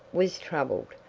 was troubled,